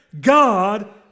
God